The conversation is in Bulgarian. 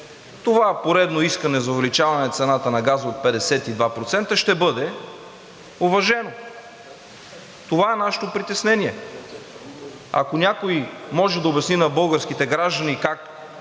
това поредно искане за увеличаване цената на газа от 52% ще бъде уважено. Това е нашето притеснение. Ако някой може да обясни на българските граждани как